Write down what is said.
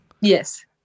Yes